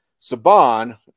Saban